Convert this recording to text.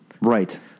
right